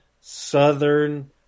southern